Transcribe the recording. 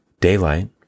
Daylight